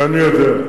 את זה אני יודע.